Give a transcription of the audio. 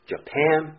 Japan